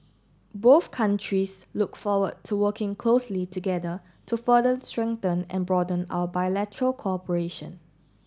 both countries look forward to working closely together to further strengthen and broaden our bilateral cooperation